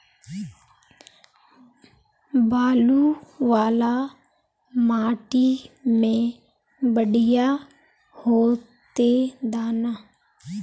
बालू वाला माटी में बढ़िया होते दाना?